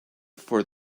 for